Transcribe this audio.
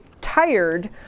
tired